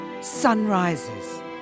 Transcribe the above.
Sunrises